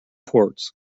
ports